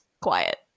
quiet